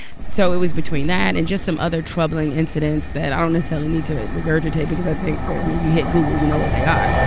so it was between that and just some other troubling incidents that i don't necessarily need to regurgitate because i think they're i mean, you hit google, you know what they are.